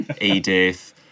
Edith